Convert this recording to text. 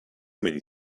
many